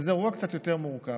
וזה אירוע קצת יותר מורכב,